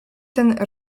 ten